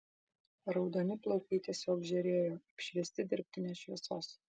raudoni plaukai tiesiog žėrėjo apšviesti dirbtinės šviesos